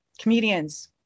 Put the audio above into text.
comedians